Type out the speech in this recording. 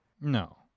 no